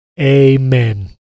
Amen